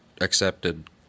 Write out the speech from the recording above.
accepted